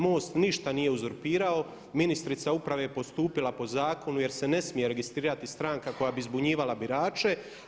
MOST ništa nije uzurpirao, ministrica uprave je postupila po zakonu jer se ne smije registrirati stranka koja bi zbunjivala birače.